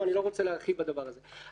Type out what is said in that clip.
אבל אני לא רוצה להרחיב בדבר הזה.